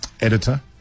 Editor